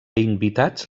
invitats